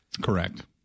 Correct